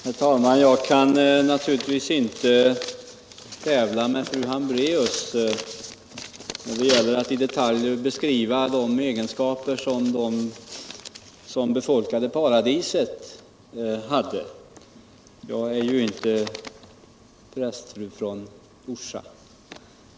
Herr talman! Jag kan naturligtvis inte tävla med fru Hambraeus om att i detalj beskriva egenskaperna hos dem som befolkade paradiset — jag är ju inte prästfru från Orsa!